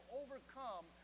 overcome